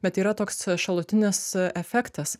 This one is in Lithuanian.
bet yra toks šalutinis efektas